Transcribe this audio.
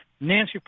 Nancy